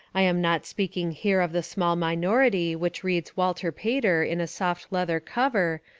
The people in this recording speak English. i am not speaking here of the small minority which reads walter pater in a soft leather cover,